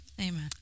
Amen